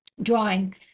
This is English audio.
drawing